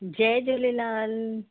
Jay Jhulelal